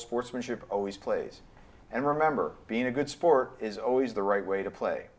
sportsmanship always plays and remember being a good sport is always the right way to play